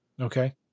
Okay